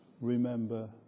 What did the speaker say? remember